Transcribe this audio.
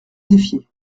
défier